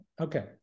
Okay